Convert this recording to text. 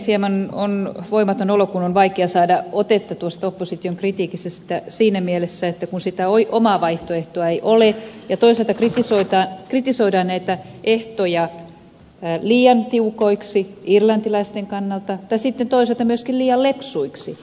hieman on voimaton olo kun on vaikea saada otetta tuosta opposition kritiikistä siinä mielessä kun sitä omaa vaihtoehtoa ei ole ja toisaalta kritisoidaan näitä ehtoja liian tiukoiksi irlantilaisten kannalta tai sitten toisaalta myöskin liian lepsuiksi